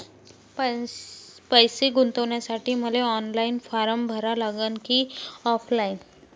पैसे गुंतन्यासाठी मले ऑनलाईन फारम भरा लागन की ऑफलाईन?